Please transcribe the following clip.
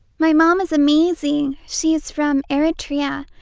my mom is amazing. she's from eritrea.